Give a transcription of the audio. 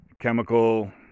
chemical